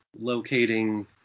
locating